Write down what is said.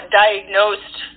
diagnosed